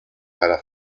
para